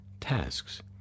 tasks